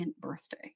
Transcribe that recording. birthday